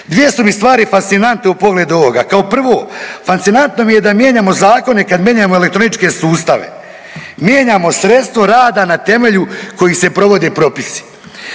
Dvije su mi stvari fascinantne u pogledu ovoga. Kao prvo fascinantno mi je da mijenjamo zakone kad mijenjamo elektroničke sustave. Mijenjamo sredstvo rada na temelju kojih se provode propise,